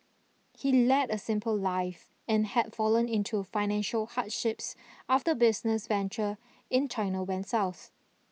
he led a simple life and had fallen into financial hardships after business venture in China went south